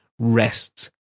rests